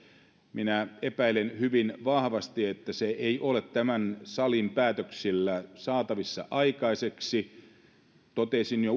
minä epäilen hyvin vahvasti että se ei ole tämän salin päätöksillä saatavissa aikaiseksi totesin jo